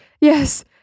Yes